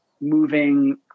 moving